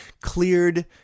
cleared